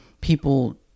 people